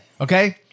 okay